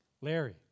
Larry